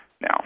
now